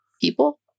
people